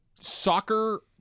Soccer